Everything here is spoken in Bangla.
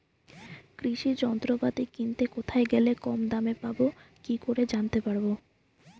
কৃষি যন্ত্রপাতি কিনতে কোথায় গেলে কম দামে পাব কি করে জানতে পারব?